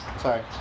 Sorry